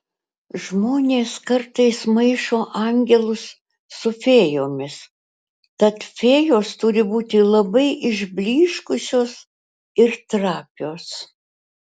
žmonės kartais maišo angelus su fėjomis tad fėjos turi būti labai išblyškusios ir trapios